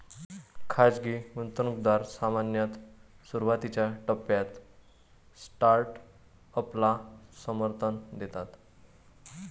खाजगी गुंतवणूकदार सामान्यतः सुरुवातीच्या टप्प्यात स्टार्टअपला समर्थन देतात